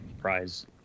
prize